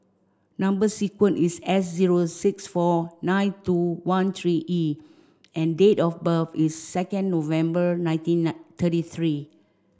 number sequence is S zero six four nine two one three E and date of birth is second November nineteen nine thirty three